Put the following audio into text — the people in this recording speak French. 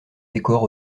décors